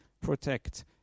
protect